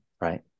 right